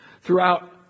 throughout